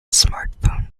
smartphones